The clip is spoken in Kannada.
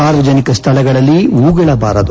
ಸಾರ್ವಜನಿಕ ಸ್ಥಳಗಳಲ್ಲಿ ಉಗುಳಬಾರದು